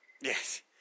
Yes